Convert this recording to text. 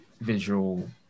visual